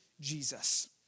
Jesus